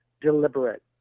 deliberate